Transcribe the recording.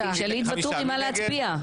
תשאלי את ואטורי מה להצביע.